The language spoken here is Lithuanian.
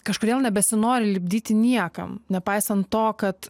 kažkodėl nebesinori lipdyti niekam nepaisant to kad